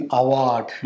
award